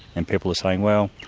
and people are saying, well,